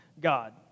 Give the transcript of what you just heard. God